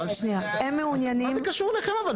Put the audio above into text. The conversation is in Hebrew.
מה זה קשור אליכם אבל?